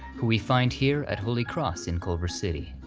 who we find here at holy cross in culver city.